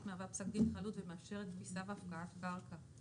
מהווה פסק דין חלוט ומאפשרת תפיסה והפקעת קרקע,